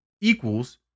equals